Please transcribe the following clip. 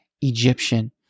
Egyptian